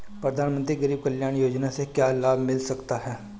प्रधानमंत्री गरीब कल्याण योजना से क्या लाभ मिल सकता है?